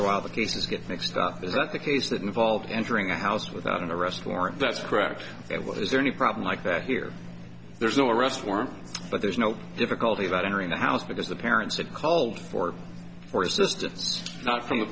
a while the cases get mixed up is that the case that involved entering a house without an arrest warrant that's correct and what is there any problem like that here there's no arrest warrant but there's no difficulty about entering the house because the parents had called for for assistance not from the